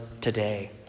today